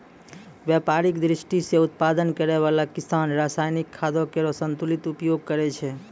व्यापारिक दृष्टि सें उत्पादन करै वाला किसान रासायनिक खादो केरो संतुलित उपयोग करै छै